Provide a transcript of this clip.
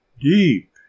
deep